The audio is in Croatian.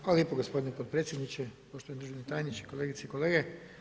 Hvala lijepa gospodine potpredsjedniče, poštovani državni tajniče, kolegice i kolege.